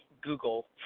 Google